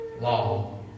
law